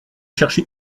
chercher